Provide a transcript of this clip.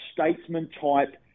statesman-type